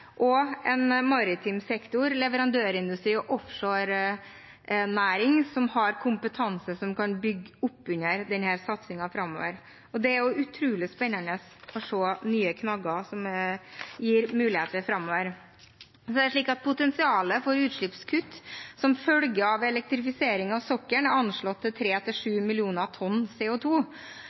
og en maritim sektor – en leverandørindustri og en offshore-næring – som har kompetanse som kan bygge opp under denne satsingen framover. Det er utrolig spennende å se hvordan nye knagger kan gi nye muligheter framover. Potensialet for utslippskutt som følge av elektrifisering av sokkelen er anslått å være 3–7 mill. tonn